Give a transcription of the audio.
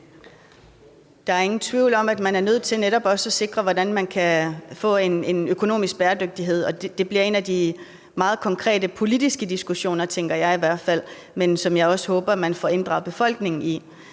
Der er ingen tvivl om, at man er nødt til netop også at sikre, hvordan man kan få en økonomisk bæredygtighed, og det bliver en af de meget konkrete politiske diskussioner, tænker jeg i hvert fald, som jeg også håber man får inddraget befolkningen i.